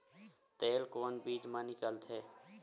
तेल कोन बीज मा निकलथे?